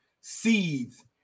seeds